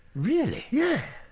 really? yeah,